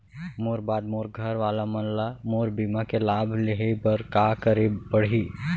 मोर बाद मोर घर वाला मन ला मोर बीमा के लाभ लेहे बर का करे पड़ही?